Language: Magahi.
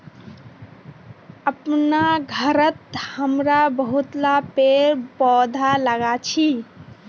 अपनार घरत हमरा बहुतला पेड़ पौधा लगाल छि